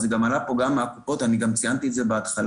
וזה גם עלה פה מהקופות ואני ציינתי את זה בהתחלה: